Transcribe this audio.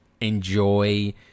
enjoy